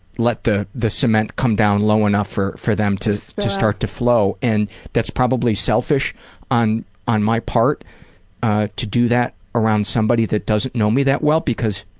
the the cement come down low enough for for them to to start to flow. and that's probably selfish on on my part ah to do that around somebody that doesn't know me that well, because